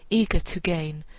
eager to gain,